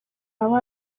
haba